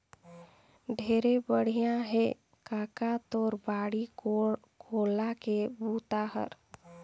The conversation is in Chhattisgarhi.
ढेरे बड़िया हे कका तोर बाड़ी कोला के बूता हर